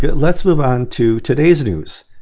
yeah let's move on to today's news.